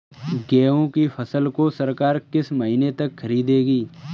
गेहूँ की फसल को सरकार किस महीने तक खरीदेगी?